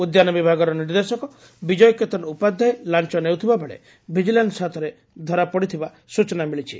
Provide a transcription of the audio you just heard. ଉଦ୍ୟାନ ବିଭାଗର ନିର୍ଦ୍ଦେଶକ ବିଜୟ କେତନ ଉପାଧ୍ଘାୟ ଲାଞ ନେଉଥିବାବେଳେ ଭିଜିଲାନ୍ ହାତରେ ଧରାପଡ଼ିଥିବା ସ଼୍ଚନା ମିଳିଛି